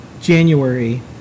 January